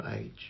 age